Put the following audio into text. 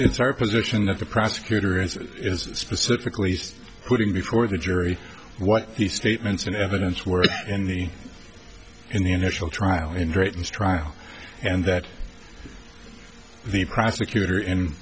it's our position that the prosecutor is is specifically putting before the jury what he statements and evidence where in the in the initial trial and greatest trial and that the prosecutor